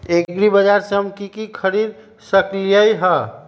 एग्रीबाजार से हम की की खरीद सकलियै ह?